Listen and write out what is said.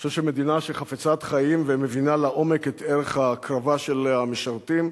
אני חושב שמדינה שהיא חפצת חיים ומבינה לעומק את ערך ההקרבה של המשרתים,